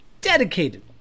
Dedicated